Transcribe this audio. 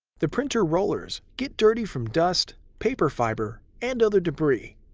the printer rollers get dirty from dust, paper fiber, and other debris.